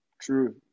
True